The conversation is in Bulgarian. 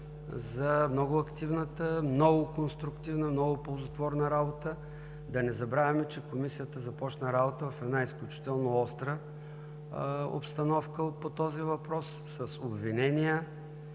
за много активната, много конструктивната, много ползотворната работа. Да не забравяме, че Комисията започна работа в една изключително остра обстановка по този въпрос, с обвинения,